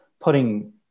putting